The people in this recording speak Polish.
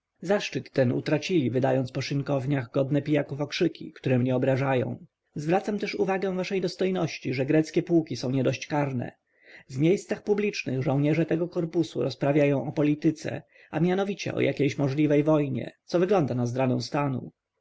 zaszczyt ten utracili wydając po szynkowniach godne pijaków okrzyki które mnie obrażają zwracam też uwagę waszej dostojności że greckie pułki są niedość karne w miejschachmiejscach publicznych żołnierze tego korpusu rozprawiają o polityce a mianowicie o jakiejś możliwej wojnie co wygląda na zdradę stanu